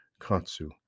katsu